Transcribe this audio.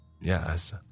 Yes